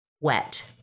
wet